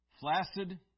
Flaccid